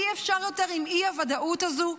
אי-אפשר יותר עם האי-ודאות הזאת.